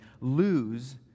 lose